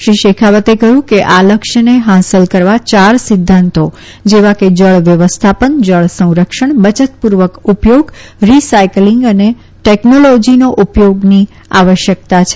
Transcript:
શ્રી શેખાવતે કહયું કે આ લક્ષને હાંસલ કરવા ચાર સિધ્ધાંતો જેવા કે જળ વ્યવસ્થાપન જળ સંરક્ષણ બયત પુર્વક ઉપયોગ રીસાઈકલીંગ અને ટેકનોલોજીનો ઉપયોગની આવશ્યકતા છે